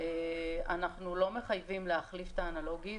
אנחנו לא מחייבים להחליף את האנלוגי,